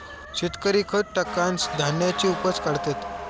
शेतकरी खत टाकान धान्याची उपज काढतत